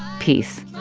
peace